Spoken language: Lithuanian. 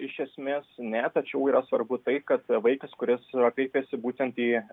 iš esmės ne tačiau yra svarbu tai kad vaikas kuris kreipėsi būtent į